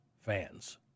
fans